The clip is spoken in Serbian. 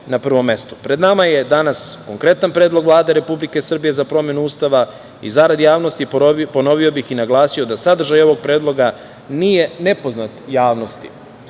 nama je danas konkretan Predlog Vlade Republike Srbije za promenu Ustava. Zarad javnosti ponovio bih i naglasio da sadržaj ovog Predloga nije nepoznat javnosti,